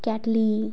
cattle